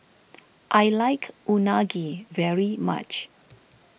I like Unagi very much